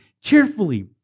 cheerfully